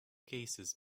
cases